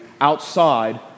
outside